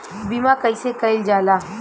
बीमा कइसे कइल जाला?